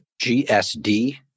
GSD